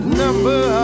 number